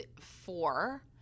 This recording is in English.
four